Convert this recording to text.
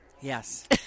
Yes